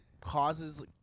causes